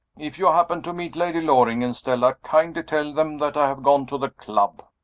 if you happen to meet lady loring and stella, kindly tell them that i have gone to the club.